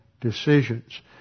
decisions